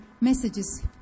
messages